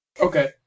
Okay